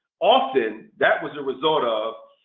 often that was a result of,